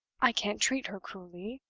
i can't treat her cruelly,